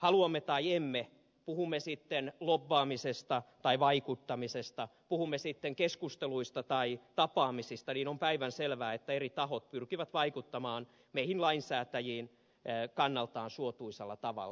haluamme tai emme puhumme sitten lobbaamisesta tai vaikuttamisesta puhumme sitten keskusteluista tai tapaamisista on päivänselvää että eri tahot pyrkivät vaikuttamaan meihin lainsäätäjiin kannaltaan suotuisalla tavalla